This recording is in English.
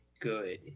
good